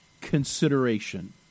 consideration